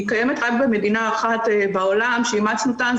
קיימת רק במדינה אחת בעולם שאימצנו כאן,